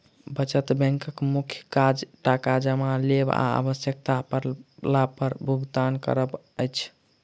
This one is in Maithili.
बचत बैंकक मुख्य काज टाका जमा लेब आ आवश्यता पड़ला पर भुगतान करब अछि